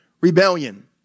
rebellion